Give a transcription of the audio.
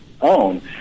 own